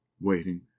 waiting